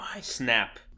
snap